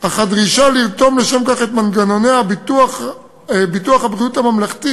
אך הדרישה לרתום לשם כך את מנגנוני ביטוח הבריאות הממלכתי